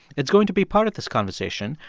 it's going to be part of this conversation.